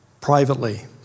privately